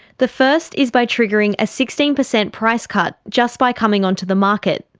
the first is by triggering a sixteen percent price cut just by coming onto the market,